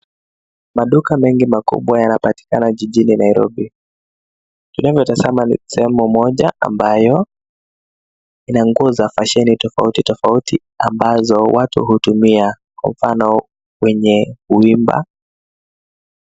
Maduka mengi makubwa yanapatikana jijini Nairobi. Tunavyotazama ni sehemu moja ambayo nguo za fasheni tofauti tofauti ambazo watu hutumia, kwa mfano wenye kuimba.